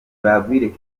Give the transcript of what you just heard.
bagwire